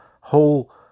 whole